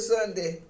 Sunday